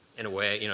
in a way, you know